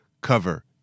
cover